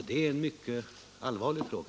Det är en mycket allvarlig fråga.